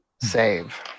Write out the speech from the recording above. Save